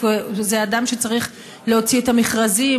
וזה אדם שצריך להוציא את המכרזים,